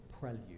prelude